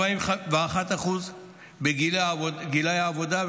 41% בגילאי עבודה,